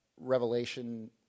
Revelation